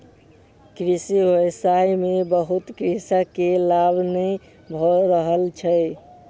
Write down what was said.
कृषि व्यवसाय में बहुत कृषक के लाभ नै भ रहल छैन